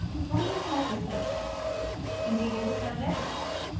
pliny has this notion indeed it is found everywhere.